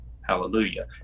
Hallelujah